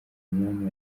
myanya